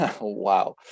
Wow